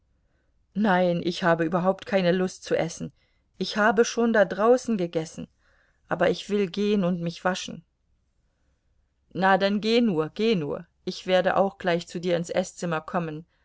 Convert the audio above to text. nein ich habe überhaupt keine lust zu essen ich habe schon da draußen gegessen aber ich will gehen und mich waschen na dann geh nur geh nur ich werde auch gleich zu dir ins eßzimmer kommen